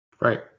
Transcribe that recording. Right